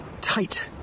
tight